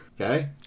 okay